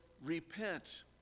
repent